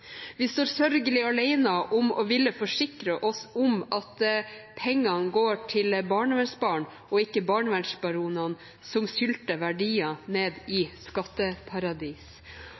Vi står sørgelig alene om å ville forsikre oss om at pengene går til barnevernsbarn og ikke barnevernsbaronene, som sylter verdier ned i skatteparadis.